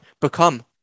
become